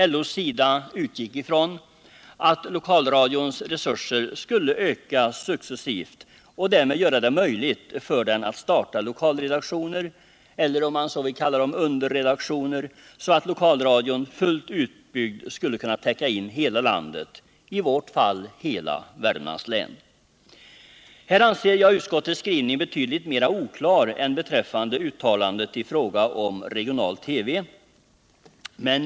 LO utgick ifrån att lokalradions resurser successivt skulle öka och därmed göra det möjligt att starta lokalredaktioner eller, om man så vill kalla dem, underredaktioner, så att lokalradion fullt utbyggd skulle kunna täcka in hela landet, i vårt fall hela Värmlands län. Här anser jag utskottets skrivning vara betydligt mera oklar än beträffande uttalandet i fråga om regional-TV.